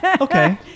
Okay